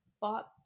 bought